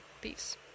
Peace